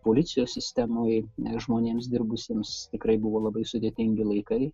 policijos sistemoj žmonėms dirbusiems tikrai buvo labai sudėtingi laikai